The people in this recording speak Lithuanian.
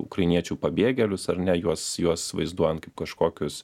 ukrainiečių pabėgėlius ar ne juos juos vaizduojant kaip kažkokius